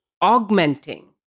augmenting